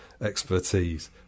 expertise